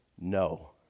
no